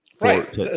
Right